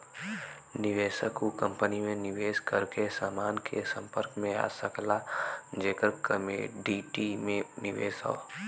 निवेशक उ कंपनी में निवेश करके समान के संपर्क में आ सकला जेकर कमोडिटी में निवेश हौ